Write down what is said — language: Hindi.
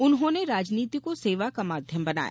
उन्होंने राजनीति को सेवा का माध्यम बनाया